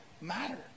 matter